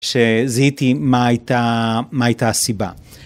שזהיתי מה הייתה... מה הייתה הסיבה.